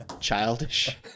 childish